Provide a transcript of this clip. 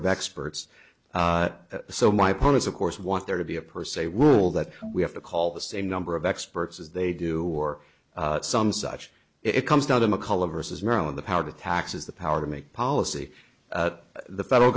of experts so my point is of course want there to be a per se world that we have to call the same number of experts as they do or some such it comes down to mccullough versus maryland the power to tax is the power to make policy the federal